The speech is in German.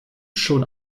schon